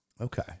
Okay